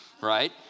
right